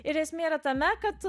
ir esmė yra tame kad